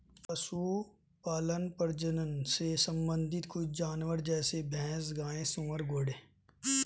पशुपालन प्रजनन से संबंधित कुछ जानवर है जैसे भैंस, गाय, सुअर, घोड़े